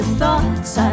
thoughts